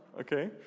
okay